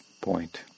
point